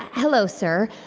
hello, sir.